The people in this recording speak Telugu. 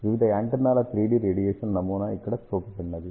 వివిధ యాంటెన్నాల 3 D రేడియేషన్ నమూనా ఇక్కడ చూపబడినది